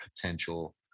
potential